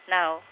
now